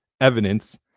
evidence